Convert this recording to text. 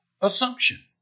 assumption